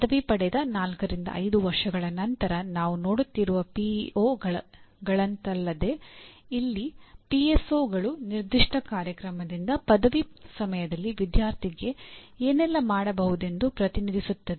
ಪದವಿ ಪಡೆದ ನಾಲ್ಕರಿಂದ ಐದು ವರ್ಷಗಳ ನಂತರ ನಾವು ನೋಡುತ್ತಿರುವ ಪಿಇಒಗಳಂತಲ್ಲದೆ ಇಲ್ಲಿ ಪಿಎಸ್ಒಗಳು ನಿರ್ದಿಷ್ಟ ಕಾರ್ಯಕ್ರಮದಿಂದ ಪದವಿ ಸಮಯದಲ್ಲಿ ವಿದ್ಯಾರ್ಥಿಗೆ ಏನೆಲ್ಲ ಮಾಡಬಹುದೆಂದು ಪ್ರತಿನಿಧಿಸುತ್ತದೆ